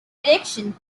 addiction